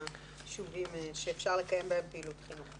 הישובים שאפשר לקיים בהם פעילות חינוכית.